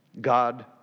God